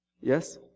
Yes